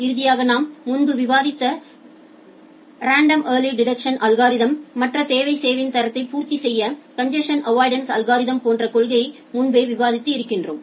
இறுதியாக நாம் முன்பு விவாதித்த ரெண்டோம் ஏர்லி டிடெக்ஷன் அல்கோரிதம் மற்ற தேவையான சேவையின் தரத்தை பூர்த்தி செய்ய கன்ஜசன் அவ்வாய்டன்ஸ் அல்கோரிதம் போன்ற கொள்கையை முன்பே விவாதித்து இருக்கிறோம்